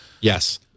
Yes